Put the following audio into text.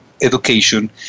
education